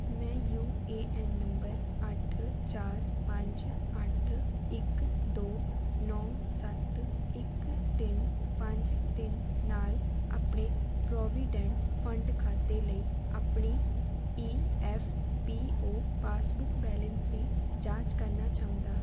ਮੈਂ U A N number ਅੱਠ ਚਾਰ ਪੰਜ ਅੱਠ ਇੱਕ ਦੋ ਨੌ ਸੱਤ ਇੱਕ ਤਿੰਨ ਪੰਜ ਤਿੰਨ ਨਾਲ ਆਪਣੇ ਪ੍ਰੋਵੀਡੈਂਟ ਫੰਡ ਖਾਤੇ ਲਈ ਆਪਣੀ E F P O passbook balance ਦੀ ਜਾਂਚ ਕਰਨਾ ਚਾਹੁੰਦਾ ਹਾਂ